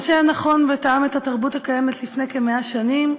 מה שהיה נכון ותאם את התרבות הקיימת לפני כ-100 שנים,